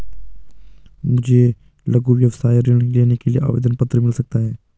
मुझे लघु व्यवसाय ऋण लेने के लिए आवेदन पत्र मिल सकता है?